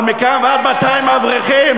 אבל מכאן ועד 200 אברכים,